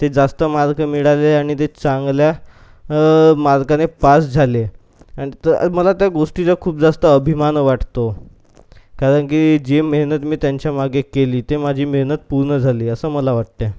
ते जास्त मार्क मिळाले आणि ते चांगल्या मार्काने पास झाले आणि तर मला त्या गोष्टीचा खूप जास्त अभिमान वाटतो कारण की जी मेहनत मी त्यांच्यामागे केली ती माझी मेहनत पूर्ण झाली असं मला वाटते